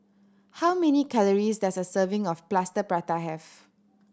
how many calories does a serving of Plaster Prata have